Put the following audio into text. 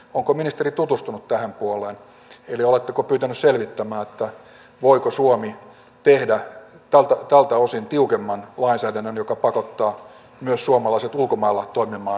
onko ministeri tutustunut tähän puoleen eli oletteko pyytänyt selvittämään voiko suomi tehdä tältä osin tiukemman lainsäädännön joka pakottaa myös suomalaiset ulkomailla toimimaan meidän lakiemme mukaisesti